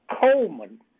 Coleman